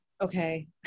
okay